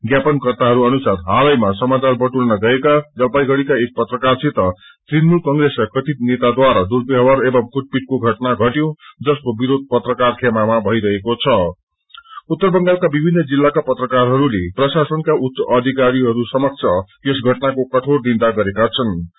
ज्ञापन कर्त्ताहरू अनुसार हालैमा समाचार बटुल्न गएका जलपाईगुड़ीका एक पत्रकारसित तृणमूल कंग्रेसका कथित नेताद्वारा पत्रकारसित दुर्व्यहार एवं कुटपीटको घटना घटयो जसको विरोध पत्रकार खेमामा भइरहेको छं उत्तरा बंगालका विभिन्न जिल्लाका पत्रकारहरूले प्रशासनका उच्च अधिकारी समक्ष यस घअनाको कठोर निन्दा गरेका छनृ